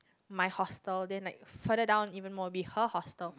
my hostel then like further down even more will be her hostel